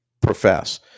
profess